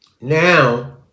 Now